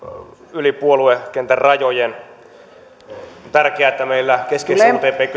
yli puoluekentän rajojen on tärkeää että meillä keskeisimpiin